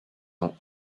ans